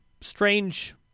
strange